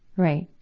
right.